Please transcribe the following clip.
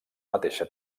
mateixa